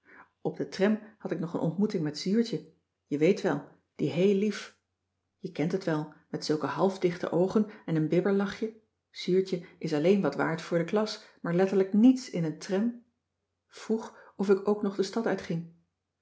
op de tram had ik nog een ontmoeting met zuurtje je weet wel die heel lief je cissy van marxveldt de h b s tijd van joop ter heul kent het wel met zulke half dichte oogen en een bibberlachje zuurtje is alleen wat waard voor de klas maar letterlijk niets in een tram vroeg of ik ook nog de stad uitging